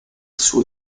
suo